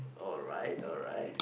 alright alright